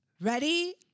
Ready